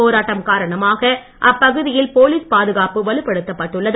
போராட்டம் காரணமாக அப்பகுதியில் போலீஸ் பாதுகாப்பு வலுப்படுத்தப்பட்டுள்ளது